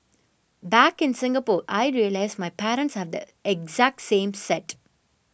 back in Singapore I realised my parents have the exact same set